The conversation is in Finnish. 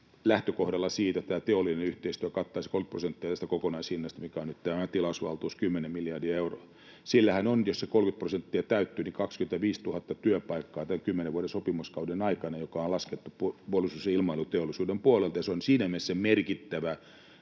lähtökohdalla siitä, että tämä teollinen yhteistyö kattaisi 30 prosenttia tästä kokonaishinnasta, mikä on nyt tämä tilausvaltuus, 10 miljardia euroa. Siellähän on, jos se 30 prosenttia täyttyy, 25 000 työpaikkaa tämän 10 vuoden sopimuskauden aikana, joka on laskettu puolustus‑ ja ilmailuteollisuuden puolelta, ja se on siinä mielessä merkittävä